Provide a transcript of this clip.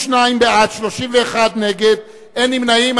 62 בעד, 31 נגד, אין נמנעים.